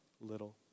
little